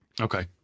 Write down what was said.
Okay